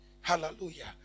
Hallelujah